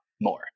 more